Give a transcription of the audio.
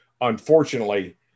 unfortunately